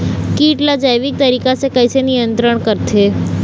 कीट ला जैविक तरीका से कैसे नियंत्रण करथे?